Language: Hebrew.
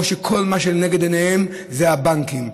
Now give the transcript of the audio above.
או שכל מה שנגד עיניהם זה הבנקים.